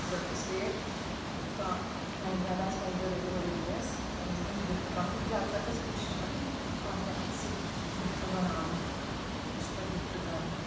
تہٕ اس لیے کانٛہہ فرینٛڈ ورینٛڈ آسہِ کٲنٛسہِ بٔردڈے ؤردڈے آسہِ تٔمِس گژھہِ گفٹ کرُن زیادٕ تر گژھہِ کوٗشش کرٕنۍ پننہِ اتھہٕ سۭتۍ گفٹ بناوُن تہٕ سُہ پتہٕ گفٹ کرُن